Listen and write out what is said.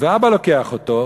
והאבא לוקח אותו,